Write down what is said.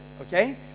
okay